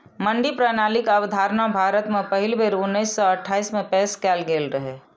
मंडी प्रणालीक अवधारणा भारत मे पहिल बेर उन्नैस सय अट्ठाइस मे पेश कैल गेल रहै